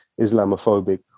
islamophobic